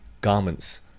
garments